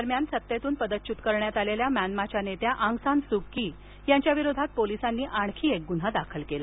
दरम्यान सत्तेतून पदच्युत करण्यात आलेल्या म्यानमाच्या नेत्या आंग सान स्यू की यांच्याविरोधात पोलिसांनी आणखी एक गुन्हा दाखल केला